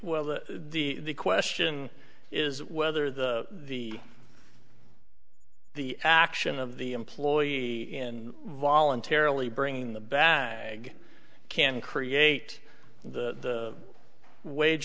well the the question is whether the the the action of the employee in voluntarily bringing the bag can create the wage